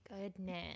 goodness